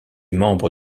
membre